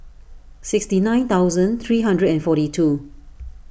sixty nine thousand three hundred and forty two